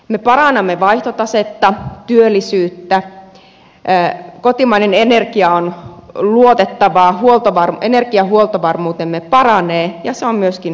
me parannamme vaihtotasetta työllisyyttä kotimainen energia on luotettavaa energiahuoltovarmuutemme paranee ja se on myöskin puhdasta